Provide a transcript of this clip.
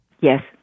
Yes